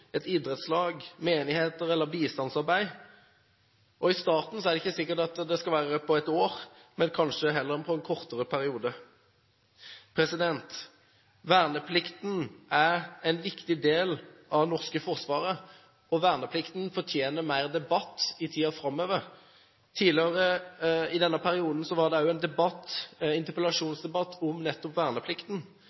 et idrettslag, i menigheter eller med bistandsarbeid. I starten er det ikke sikkert at dette bør være i et helt år, men det bør kanskje heller være for en kortere periode. Verneplikten er en viktig del av det norske forsvaret, og verneplikten fortjener mer debatt i tiden framover. Tidligere i denne perioden var det også en interpellasjonsdebatt om nettopp verneplikten,